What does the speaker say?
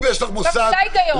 אם יש לך מושג --- אני מפעילה היגיון.